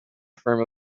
firm